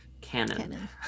canon